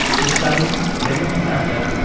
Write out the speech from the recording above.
he's studying, living in atlanta,